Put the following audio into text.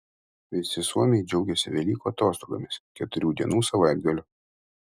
visi suomiai džiaugiasi velykų atostogomis keturių dienų savaitgaliu